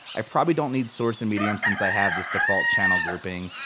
i probably don't need source and medium since i have this default channel grouping.